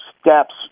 steps